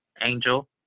Angel